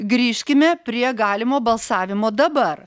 grįžkime prie galimo balsavimo dabar